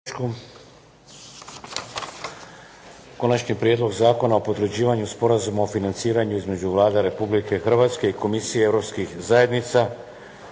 točku. - Prijedlog zakona o potvrđivanju Sporazuma o financiranju između Vlade Republike Hrvatske i Komisije Europskih zajednica